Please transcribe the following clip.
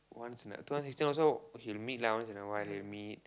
once in a two thousand sixteen also he meet lah once in a while he will meet